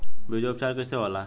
बीजो उपचार कईसे होला?